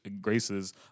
graces